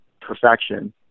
perfection